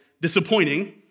disappointing